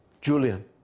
Julian